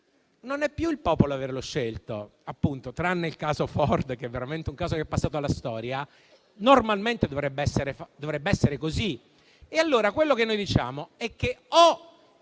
non è più il popolo ad averlo scelto; tranne appunto il caso Ford, che è veramente un caso che è passato alla storia, normalmente dovrebbe essere così. Allora, quello che noi diciamo è che la